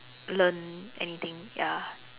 learn anything ya